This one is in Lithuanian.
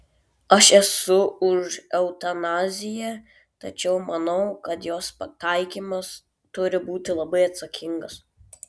aš esu už eutanaziją tačiau manau kad jos taikymas turi būti labai atsakingas